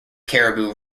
cariboo